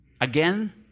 Again